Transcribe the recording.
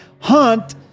Hunt